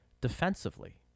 defensively